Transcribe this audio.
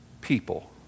people